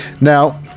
now